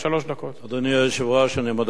אדוני היושב-ראש, אני מודה לך מאוד,